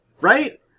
Right